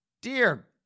Dear